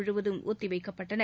முழுவதும் ஒத்திவைக்கப்பட்டன